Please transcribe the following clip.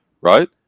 right